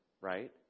right